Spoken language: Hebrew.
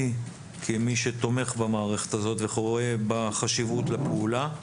כמי שתומך במערכת הזאת ורואה בה חשיבות ופעולה.